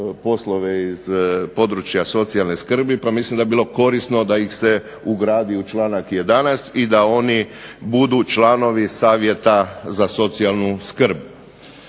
poslove iz područja socijalne skrbi pa mislim da bi bilo korisno da ih se ugradi u članak 11. i da oni budu članovi savjeta za socijalnu skrb.